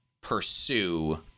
pursue